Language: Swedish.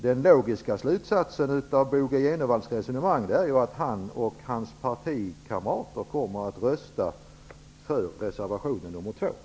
Den logiska slutsatsen av Bo G Jenevalls resonemang är att han och hans partikamrater kommer att rösta för reservation nr 2.